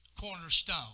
cornerstone